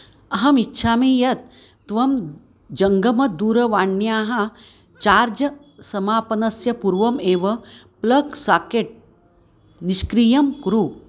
अहम् इच्छामि यत् त्वं जङ्गमदूरवाण्याः चार्ज् समापनस्य पुर्वम् एव प्लग् साकेट् निष्क्रियं कुरु